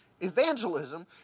evangelism